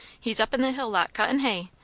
he's up in the hill lot, cuttin' hay.